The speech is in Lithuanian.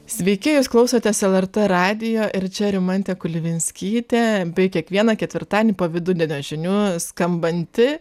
sveiki jūs klausotės lrt radijo ir čia rimantė kulvinskytė bei kiekvieną ketvirtadienį po vidudienio žinių skambanti